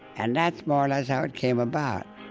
and that's more or less how it came about